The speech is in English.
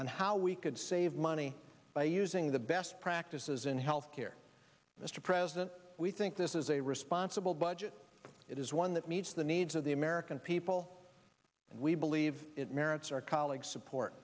and how we could save money by using the best practices in health care mr president we think this is a responsible budget it is one that meets the needs of the american people and we believe it merits our colleagues support